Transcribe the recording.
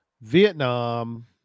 Vietnam